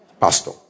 pastor